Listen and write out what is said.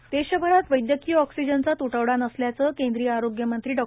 हर्षवर्धन देशभरात वैदयकीय ऑक्सिजनचा त्टवडा नसल्याचं केंद्रीय आरोग्यमंत्री डॉ